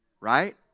right